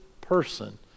person